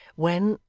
when,